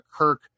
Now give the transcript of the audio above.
Kirk